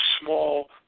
small